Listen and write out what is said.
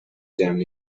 damn